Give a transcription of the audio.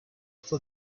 for